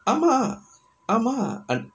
ஆமா ஆமா:aamaa aamaa